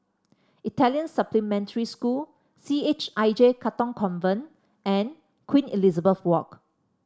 Italian Supplementary School C H I J Katong Convent and Queen Elizabeth Walk